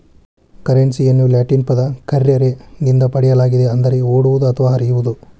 ಕರೆನ್ಸಿಯನ್ನು ಲ್ಯಾಟಿನ್ ಪದ ಕರ್ರೆರೆ ನಿಂದ ಪಡೆಯಲಾಗಿದೆ ಅಂದರೆ ಓಡುವುದು ಅಥವಾ ಹರಿಯುವುದು